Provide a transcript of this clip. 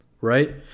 right